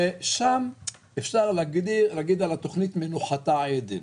שם אפשר להגיד על התוכנית מנוחתה עדן.